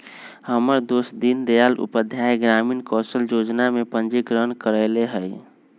हमर दोस दीनदयाल उपाध्याय ग्रामीण कौशल जोजना में पंजीकरण करएले हइ